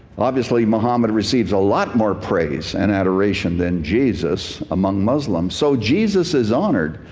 obviously muhammad receives a lot more praise and adoration than jesus among muslims. so jesus is honored,